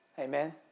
Amen